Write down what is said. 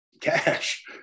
cash